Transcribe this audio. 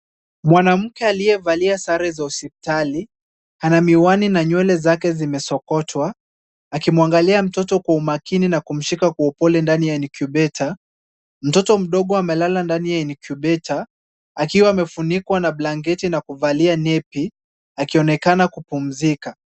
Mwanamke aliyevalia sare za hospitali, ana miwani na nywele zake zimesokotwa, akimwangalia mtoto kwa makini na kumshika kwa upole ndani ya incubator . Mtoto mdogo amelala ndani ya incubator akiwa amefunikwa na blanketi na kuvalia nepi akionekana kupumzika.